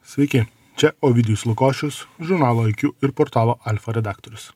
sveiki čia ovidijus lukošius žurnalo iq ir portalo alfa redaktorius